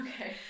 Okay